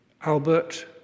Albert